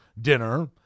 dinner